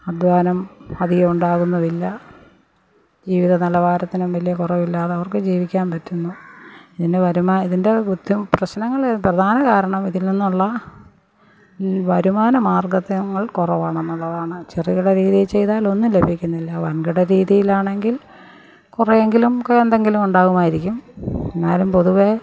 അധ്വാനം അധികം ഉണ്ടാകുന്നുമില്ല ജീവിത നിലവാരത്തിനും വലിയ കുറവില്ലാതെ അവർക്ക് ജീവിക്കാൻ പറ്റുന്നു ഇതിൻ്റെ വരുമാ ഇതിൻ്റെ പ്രശ്നങ്ങള് പ്രധാന കാരണം ഇതിൽനിന്നുള്ള വരുമാന മാർഗതെ ങ്ങള് കുറവാണെന്നുള്ളതാണ് ചെറുകിട രീതിയിൽ ചെയ്താൽ ഒന്നും ലഭിക്കുന്നില്ല വൻകിട രീതിയിലാണെങ്കിൽ കുറേയെങ്കിലുമൊക്കെ എന്തെങ്കിലും ഉണ്ടാകുമായിരിക്കും എന്നാലും പൊതുവെ